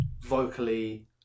vocally